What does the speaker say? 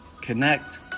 Connect